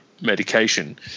medication